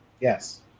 Yes